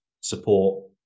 support